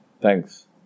thanks